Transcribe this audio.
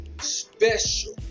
special